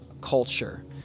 culture